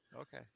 Okay